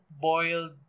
boiled